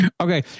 Okay